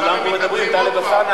כולם פה מדברים, טלב אלסאנע.